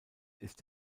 ist